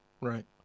Right